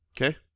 Okay